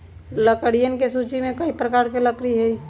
लकड़ियन के सूची में कई प्रकार के लकड़ी हई